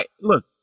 Look